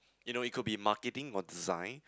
you know it could be marketing or design